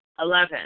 Eleven